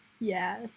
Yes